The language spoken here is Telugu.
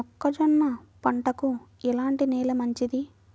మొక్క జొన్న పంటకు ఎలాంటి నేల మంచిది?